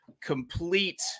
complete